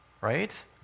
right